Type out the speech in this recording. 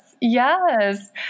Yes